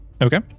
Okay